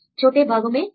छोटे भागों में ठीक